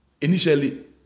Initially